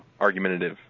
argumentative